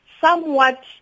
somewhat